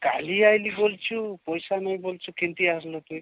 କାଲି ଆଇଲି ବୋଲୁଛୁ ପଇସା ନାଇଁ ବୋଲୁଛୁ କେମିତି ଆସିଲୁ ତୁଇ